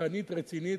רצחנית רצינית,